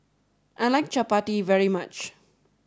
I like Chapati very much